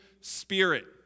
Spirit